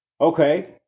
okay